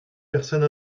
personne